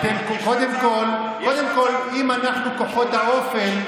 קודם כול, אם אנחנו כוחות האופל,